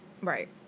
right